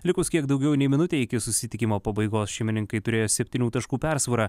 likus kiek daugiau nei minutei iki susitikimo pabaigos šeimininkai turėjo septynių taškų persvarą